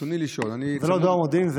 זה לא דואר מודיעין.